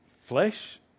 flesh